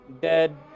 dead